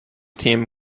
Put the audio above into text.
team